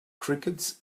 crickets